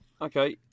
Okay